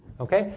Okay